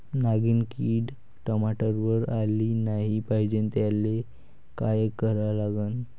नागिन किड टमाट्यावर आली नाही पाहिजे त्याले काय करा लागन?